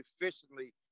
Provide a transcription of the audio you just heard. efficiently